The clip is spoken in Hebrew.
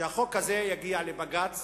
שהחוק הזה יגיע לבג"ץ